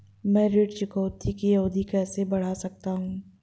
मैं ऋण चुकौती की अवधि कैसे बढ़ा सकता हूं?